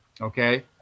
okay